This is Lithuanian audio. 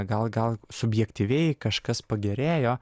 gal gal subjektyviai kažkas pagerėjo